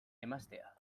emaztea